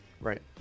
Right